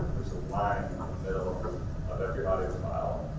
there's a line of every audio file.